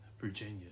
Virginia